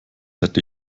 hätte